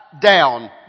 down